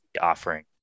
offering